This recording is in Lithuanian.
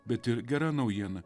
bet ir gera naujiena